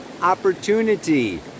opportunity